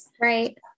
right